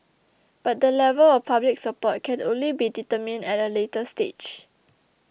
but the level of public support can only be determined at a later stage